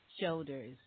shoulders